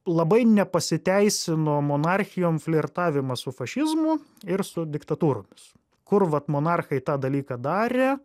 labai nepasiteisino monarchijom flirtavimas su fašizmu ir su diktatūromis kur vat monarchai tą dalyką darė